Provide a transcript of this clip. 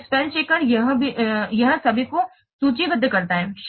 फिर spell checker यह सभी को सूचीबद्ध करता है